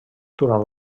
durant